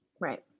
Right